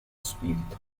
spirito